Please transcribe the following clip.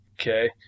Okay